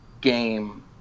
game